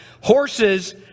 horses